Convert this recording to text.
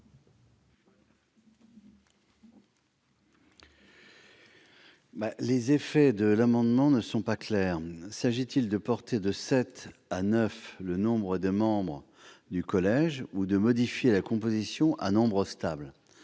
Les effets de l'amendement ne sont pas clairs : s'agit-il de porter de sept à neuf le nombre de membres du collège ou de modifier sa composition à nombre stable ?